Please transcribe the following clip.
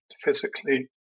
physically